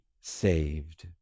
saved